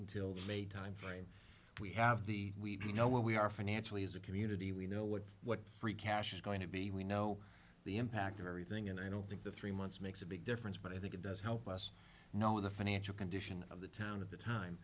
until may timeframe we have the we do know where we are financially as a community we know what what free cash is going to be we know the impact of everything and i don't think the three months makes a big difference but i think it does help us know the financial condition of the town of the time